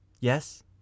Yes